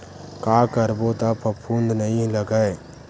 का करबो त फफूंद नहीं लगय?